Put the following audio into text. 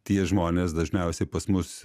tie žmonės dažniausiai pas mus